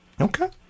Okay